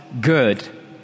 good